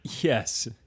Yes